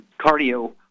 cardio